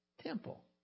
temple